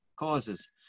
Causes